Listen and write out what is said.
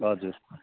हजुर